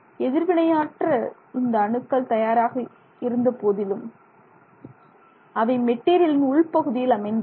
எதிர்வினையாற்ற இந்த அணுக்கள் தயாராக இருந்தபோதிலும் அவை மெட்டீரியலின் உள்பகுதியில் அமைந்துள்ளன